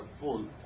full